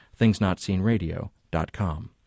thingsnotseenradio.com